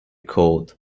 code